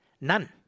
None